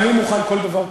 אני מוכן לכל דבר.